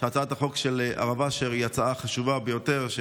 מובן שהצעת החוק של הרב אשר היא הצעה חשובה ביותר.